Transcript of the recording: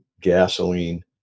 Gasoline